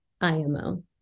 IMO